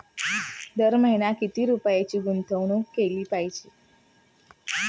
दर महिना किती रुपयांची गुंतवणूक केली पाहिजे?